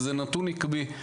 וזה נתון עקבי.